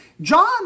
John